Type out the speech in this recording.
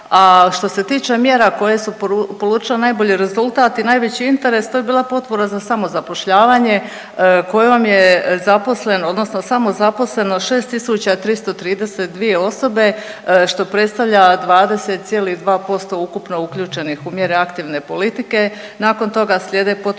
a što se tiče mjera koje su polučile najbolji rezultat i najveći interes, to je bila potpora za samozapošljavanje kojom je zaposleno, odnosno samozaposleno 6 332 osobe, što predstavlja 20,2% ukupno uključenih u mjere aktivne politike, nakon toga slijede potpore